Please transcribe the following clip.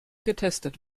getestet